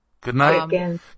Goodnight